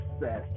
success